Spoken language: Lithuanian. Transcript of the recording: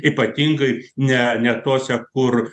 ypatingai ne ne tose kur